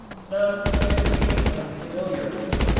not merely an unfamiliar one.